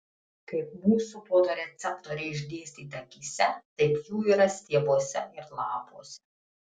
kaip mūsų fotoreceptoriai išdėstyti akyse taip jų yra stiebuose ir lapuose